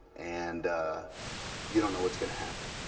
and you don't know what's going to happen.